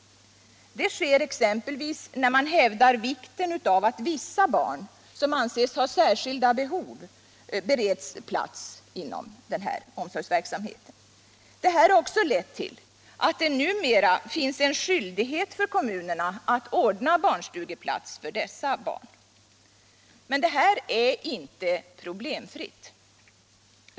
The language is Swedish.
Detta tar sig exempelvis uttryck i att man hävdar vikten av att vissa barn, som anses ha särskilda behov, bereds plats inom omsorgsverksamheten. Det har lett till att det numera finns en skyldighet för kommunerna att ordna barnstugeplatser för dessa barn. Detta är dock inte problemfritt.